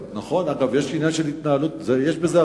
נכון, יש בזה הרבה.